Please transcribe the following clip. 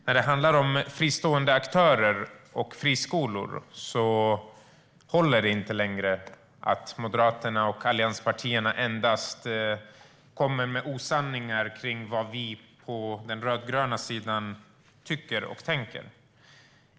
När det handlar om fristående aktörer och friskolor håller det inte längre att Moderaterna och allianspartierna endast kommer med osanningar kring vad vi på den rödgröna sidan tycker och tänker.